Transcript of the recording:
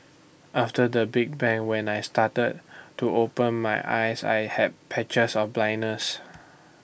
after the big bang when I started to open my eyes I had patches of blindness